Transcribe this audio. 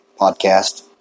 Podcast